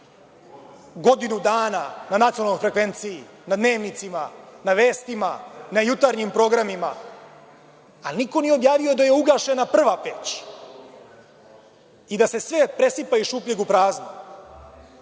godinu dana na nacionalnoj frekvenciji, na dnevnicima, na vestima, na jutarnjim programima, ali niko nije objavio da je ugašena prva peć i da se sve presipa iz šupljeg u prazno,